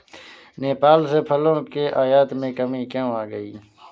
नेपाल से फलों के आयात में कमी क्यों आ गई?